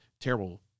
terrible